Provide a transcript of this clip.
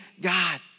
God